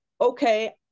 okay